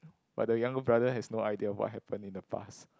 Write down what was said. but the younger brother has no idea what happen in the past